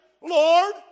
Lord